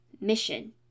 mission